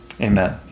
Amen